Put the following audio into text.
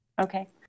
Okay